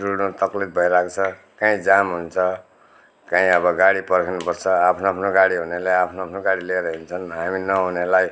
डुल्नु तक्लिफ भइरहेको छ कहीँ जाम हुन्छ कहीँ अब गाडी पर्खिनुपर्छ आफ्नो आफ्नो गाडी हुनेले आफ्नो आफ्नो गाडी लिएर हिँड्छन् हामी नहुनेलाई